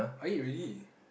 I eat already